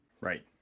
Right